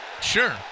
Sure